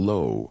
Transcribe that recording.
Low